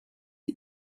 sie